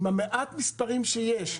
עם מעט המספרים שיש,